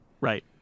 Right